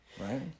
Right